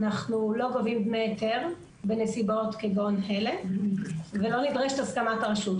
אנחנו לא גובים דמי היתר בנסיבות כגון אלה ולא נדרשת הסכמת הרשות.